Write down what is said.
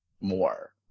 more